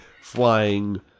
flying